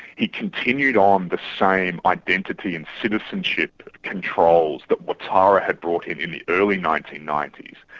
he continued on the same identity and citizenship controls that ouattara had brought in in the early nineteen ninety s.